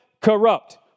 Corrupt